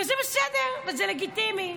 וזה בסדר, וזה לגיטימי.